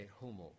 Homo